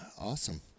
awesome